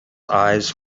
eyes